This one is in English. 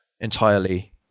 entirely